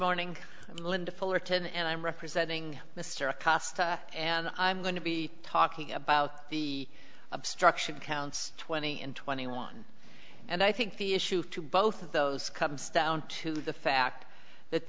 morning linda fullerton and i'm representing mr acosta and i'm going to be talking about the obstruction counts twenty and twenty one and i think the issue to both of those comes down to the fact that